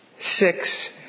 Six